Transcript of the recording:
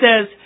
says